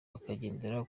bakagendera